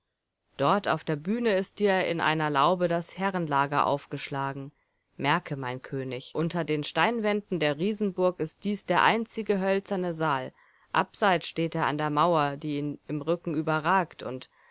dort auf der bühne ist dir in einer laube das herrenlager aufgeschlagen merke mein könig unter den steinwänden der riesenburg ist dies der einzige hölzerne saal abseit steht er an der mauer die ihn im rücken überragt und